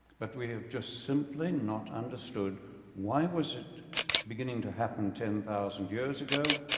but we have just simply not understood why was it beginning to happen ten thousand years ago?